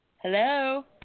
Hello